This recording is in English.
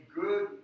good